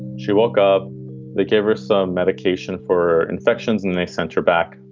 she woke up they gave her some medication for infections and they sent her back.